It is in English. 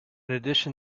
addition